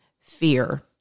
fear